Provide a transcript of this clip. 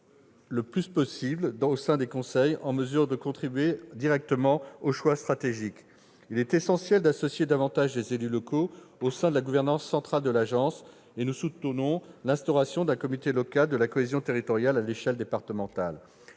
le plus possible présents afin de contribuer directement aux choix stratégiques. Il est essentiel d'associer davantage les élus locaux à la gouvernance centrale de l'agence : nous soutenons l'instauration d'un comité local de la cohésion territoriale à l'échelle départementale.